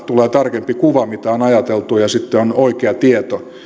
tulee tarkempi kuva siitä mitä on ajateltu ja sitten on oikea tieto